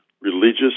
religious